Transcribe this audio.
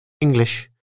English